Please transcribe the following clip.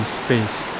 space